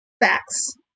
Facts